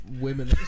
women